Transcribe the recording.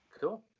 cool